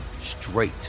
straight